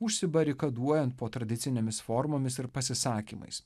užsibarikaduojant po tradicinėmis formomis ir pasisakymais